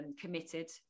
committed